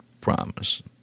promise